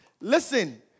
Listen